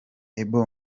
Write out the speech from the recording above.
eyob